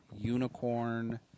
unicorn